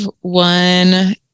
one